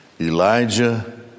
Elijah